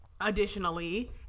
additionally